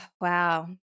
Wow